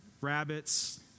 rabbits